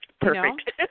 Perfect